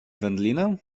wędlinę